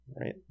right